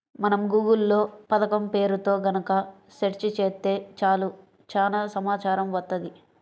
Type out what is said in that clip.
మనం గూగుల్ లో పథకం పేరుతో గనక సెర్చ్ చేత్తే చాలు చానా సమాచారం వత్తది